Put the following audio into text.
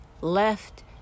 left